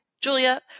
Julia